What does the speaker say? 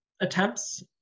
attempts